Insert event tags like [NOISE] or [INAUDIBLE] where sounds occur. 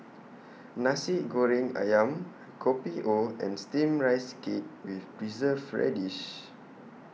[NOISE] Nasi Goreng Ayam Kopi O and Steamed Rice Cake with Preserved Radish